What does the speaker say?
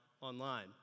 online